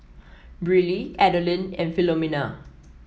Briley Adeline and Philomena